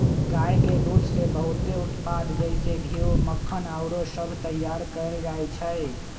गाय के दूध से बहुते उत्पाद जइसे घीउ, मक्खन आउरो सभ तइयार कएल जाइ छइ